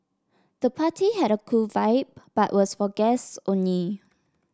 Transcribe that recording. the party had a cool vibe but was for guests only